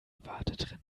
wartet